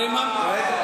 למה פוליטית?